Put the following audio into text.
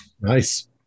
Nice